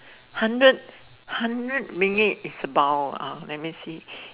hundred hundred ringgit is about ah let me see